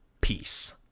peace